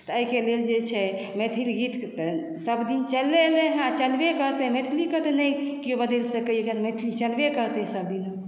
तऽएहिके लेल जे छै मैथिली गीत सभ दिन चलले एलै हँ आ चलबे करतै मैथिलीकेँ तऽ नहि केओ बदलि सकैए कियाकि मैथिली चलबे करतै सभ दिन